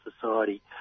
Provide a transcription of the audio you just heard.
society